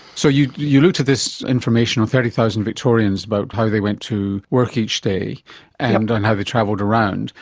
so you you looked at this information on thirty thousand victorians, about how they went to work each day and and how they travelled around,